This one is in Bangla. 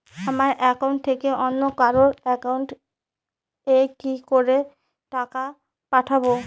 আমার একাউন্ট থেকে অন্য কারো একাউন্ট এ কি করে টাকা পাঠাবো?